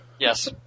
Yes